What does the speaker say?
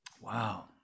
wow